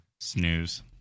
Snooze